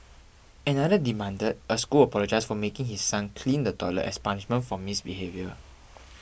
another demanded a school apologise for making his son clean the toilet as punishment for misbehaviour